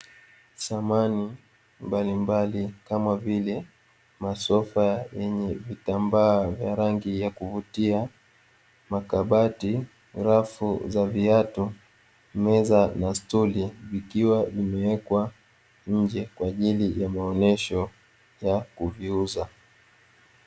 Samani mbalimbali kama vile: masofa yenye vitambaa vya rangi ya kuvutia, makabati, rafu za viatu, meza na stuli vikiwa vimewekwa nje, kwaajili ya maonesho ya kuviuza.